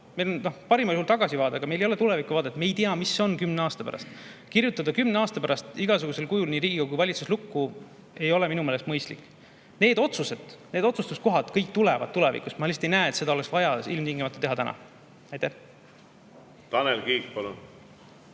meil on parimal juhul tagasivaade, aga meil ei ole tulevikuvaadet, me ei tea, mis on kümne aasta pärast. Kirjutada kümne aasta pärast igasugusel kujul nii Riigikogu kui ka valitsus lukku ei ole minu meelest mõistlik. Need otsused, need otsustuskohad kõik tulevad tulevikus, ma lihtsalt ei näe, et seda oleks vaja ilmtingimata teha täna. Aitäh küsimuse